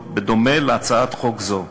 בדומה לאמור בהצעת חוק זו.